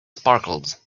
sparkled